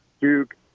Duke